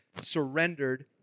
surrendered